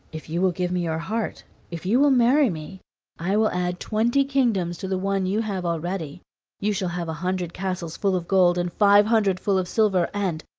if you will give me your heart if you will marry me i will add twenty kingdoms to the one you have already you shall have a hundred castles full of gold and five hundred full of silver, and,